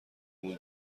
مون